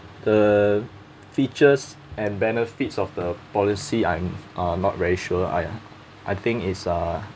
the features and benefits of the policy I'm uh not very sure I I think it's uh